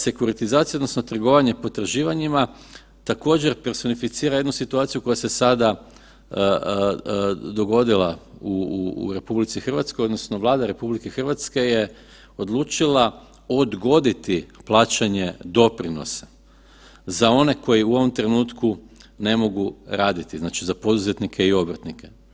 Sekuritizacija odnosno trgovanje potraživanjima također, personificira jednu situaciju koja se sada dogodila u RH, odnosno Vlada RH je odlučila odgoditi plaćanje doprinosa za one koji u ovom trenutku ne mogu raditi, znači za poduzetnike i obrtnike.